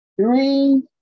three